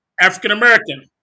African-American